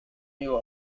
new